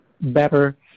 better